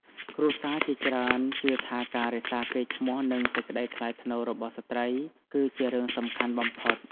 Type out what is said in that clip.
គ្រួសារជាច្រើនជឿថាការរក្សាកេរ្តិ៍ឈ្មោះនិងសេចក្តីថ្លៃថ្នូររបស់ស្ត្រីគឺជារឿងសំខាន់បំផុត។